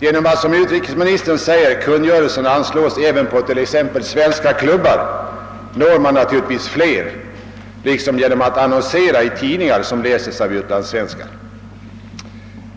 Genom att, som utrikesministern säger, kungörelsen anslås även på exempelvis svenska klubbar når man naturligtvis fler liksom genom att annonsera i tidningar som läses av utlandssvenskar.